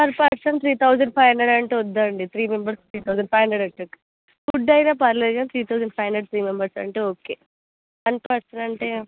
per person three thousand five hundred అంటే వద్దండి three మెంబెర్స్కి త్రీ థౌసండ్ ఫైవ్ హండ్రెడ్ అయితే ఓకే ఫుడ్ అయిన పర్లేదు కానీ three thousand five hundred three members అంటే ఓకే వన్ పర్సన్ అంటే